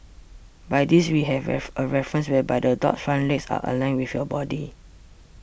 by this we have a reference whereby the dog's front legs are aligned with your body